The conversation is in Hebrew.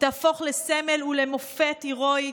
תהפוך לסמל ולמופת הירואי,